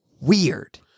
weird